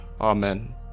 Amen